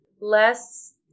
less